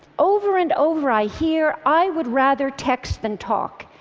over and over i hear, i would rather text than talk.